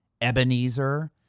Ebenezer